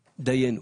דיינו.